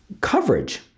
Coverage